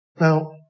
Now